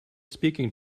speaking